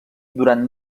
durant